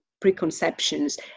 preconceptions